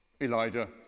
Elijah